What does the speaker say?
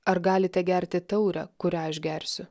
ar galite gerti taurę kurią aš išgersiu